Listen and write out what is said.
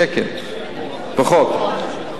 שקל, פחות.